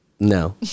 No